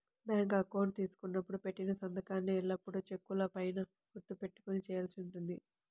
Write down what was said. bank account తీసుకున్నప్పుడు పెట్టిన సంతకాన్నే ఎల్లప్పుడూ చెక్కుల పైన గుర్తు పెట్టుకొని చేయాల్సి ఉంటుంది